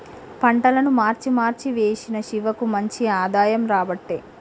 పంటలను మార్చి మార్చి వేశిన శివకు మంచి ఆదాయం రాబట్టే